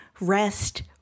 rest